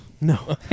No